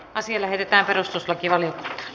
asia lähetettiin perustuslakivaliokuntaan